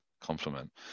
compliment